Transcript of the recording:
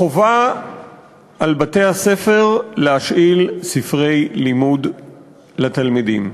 חובה על בתי-הספר להשאיל ספרי לימוד לתלמידים,